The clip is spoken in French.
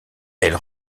elle